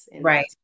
Right